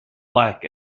like